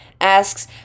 asks